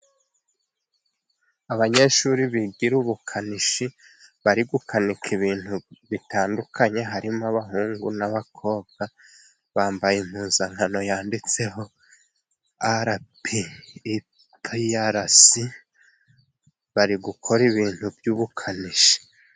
Abanyeshuri bigira ubukanishi bari gukanika ibintu bitandukanye. Harimo abahungu n'abakobwa, bambaye impuzankano yanditseho Arapi Ayipiyarasi, bari gukora ibintu by'ubukanishi.